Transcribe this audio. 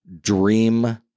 dream